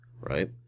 right